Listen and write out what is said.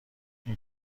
این